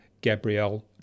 Gabrielle